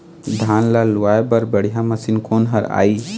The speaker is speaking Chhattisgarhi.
धान ला लुआय बर बढ़िया मशीन कोन हर आइ?